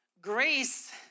grace